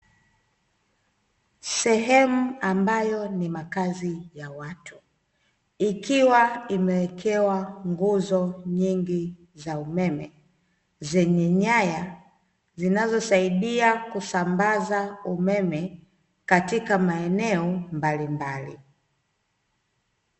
Sehemu ambayo ni makazi ya watu ikiwa imeekewa nguzo nyingi za umeme, zenye nyaya zinazosaidia kusambaza umeme katika maeneo mbalimbali.